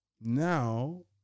Now